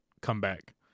comeback